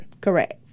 Correct